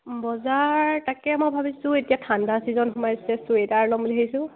বজাৰ তাকে মই ভাবিছোঁ এতিয়া ঠাণ্ডা ছিজন সোমাইছে চুৱেটাৰ ল'ম বুলি ভাবিছোঁ